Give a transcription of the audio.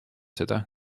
seda